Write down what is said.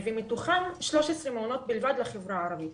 מתוכם 13 מעונות בלבד לחברה הערבית.